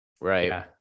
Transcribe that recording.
Right